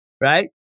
right